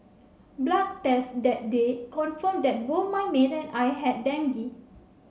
blood tests that day confirmed that both my maid and I had dengue